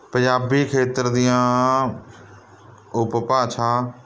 ਪੰਜਾਬੀ ਖੇਤਰ ਦੀਆਂ ਉਪਭਾਸ਼ਾ